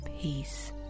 peace